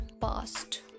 past